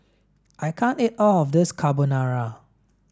I can't eat all of this Carbonara